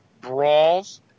brawls